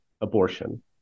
abortion